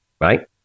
right